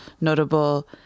notable